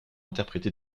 interprété